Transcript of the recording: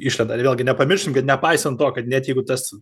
išlenda vėlgi nepamirškime kad nepaisant to kad net jeigu tas